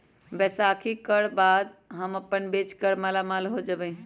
बैसाखी कर बाद हम अपन बेच कर मालामाल हो जयबई